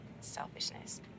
selfishness